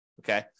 Okay